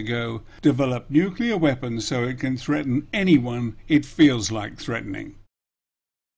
ago develop nuclear weapons so it can threaten anyone it feels like threatening